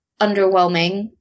underwhelming